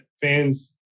fans